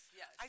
yes